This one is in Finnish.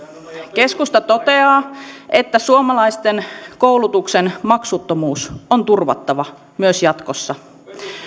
keskusta toteaa että suomalaisten koulutuksen maksuttomuus on turvattava myös jatkossa